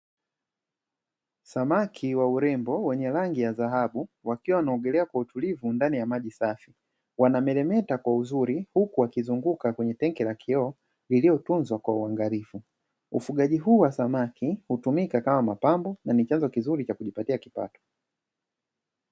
Samaki wa urembo wenye rangi ya dhahabu, wakiwa wanaogelea kwa utulivu ndani ya maji safi, wanameremeta kwa uzuri huku wakizunguka kwenye tenki la kioo, lililotuzwa kwa uangalifu, ufugaji huu wa samaki hutumika kama mapambo na ni chanzo kizuri cha kujipatia kipato.